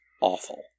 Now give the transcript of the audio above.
awful